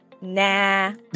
Nah